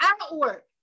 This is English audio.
outward